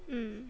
mm